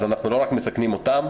אז אנחנו לא רק מסכנים אותן,